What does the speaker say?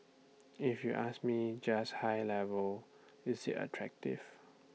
if you ask me just high level is IT attractive